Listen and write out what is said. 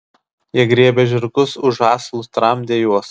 jie griebė žirgus už žąslų tramdė juos